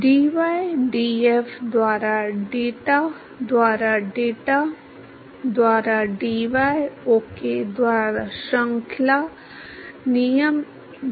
तो अब मैं dx द्वारा u का पता लगा सकता हूं मैं d द्वारा d का पता लगा सकता हूं आप d द्वारा d वर्ग u द्वारा dy वर्ग का पता लगा सकते हैं